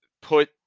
put